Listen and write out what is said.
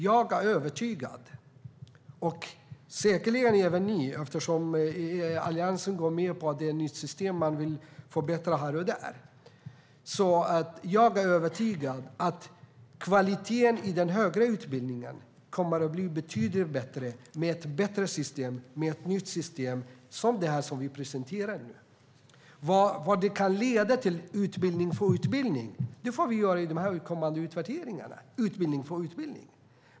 Jag är övertygad - det är säkerligen även ni, eftersom Alliansen går med på att det är ett nytt system och man vill förbättra här och där - om att kvaliteten i den högre utbildningen kommer att bli betydligt bättre med ett bättre system, ett nytt system, som det som vi nu presenterar. Vad det kan leda till utbildning för utbildning får vi se i de kommande utvärderingarna.